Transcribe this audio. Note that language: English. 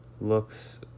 looks